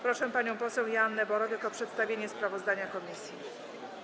Proszę panią poseł Joannę Borowiak o przedstawienie sprawozdania komisji.